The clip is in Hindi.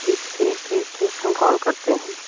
ठीक ठीक ठीक ठीक हम कॉल करते हैं